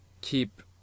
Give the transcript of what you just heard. keep